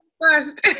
first